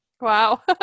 wow